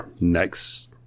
next